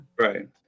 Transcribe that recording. right